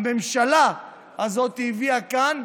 שהממשלה הזאת הביאה לכאן,